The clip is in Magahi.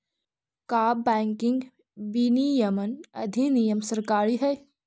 का बैंकिंग विनियमन अधिनियम सरकारी हई?